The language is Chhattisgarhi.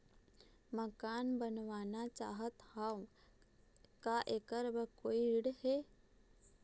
मकान बनवाना चाहत हाव, का ऐकर बर कोई ऋण हे?